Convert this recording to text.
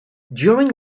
during